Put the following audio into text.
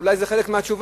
אולי זה חלק מהתשובה,